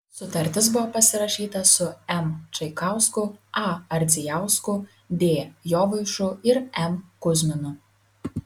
sutartis buvo pasirašyta su m čaikausku a ardzijausku d jovaišu ir m kuzminu